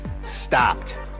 stopped